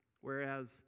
whereas